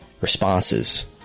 responses